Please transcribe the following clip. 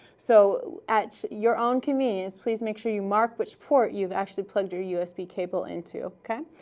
so at your own convenience, please make sure you mark which port you've actually plugged your usb cable into, okay?